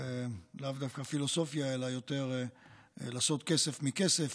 לאו דווקא פילוסופיה אלא לעשות יותר כסף מכסף,